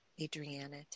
Adriana